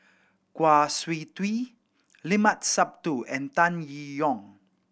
Kwa Siew Tee Limat Sabtu and Tan Yee Yong